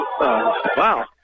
wow